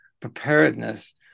preparedness